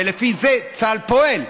ולפי זה צה"ל פועל.